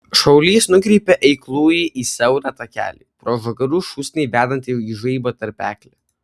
šaulys nukreipė eiklųjį į siaurą takelį pro žagarų šūsnį vedantį į žaibo tarpeklį